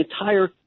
entire